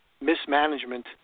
mismanagement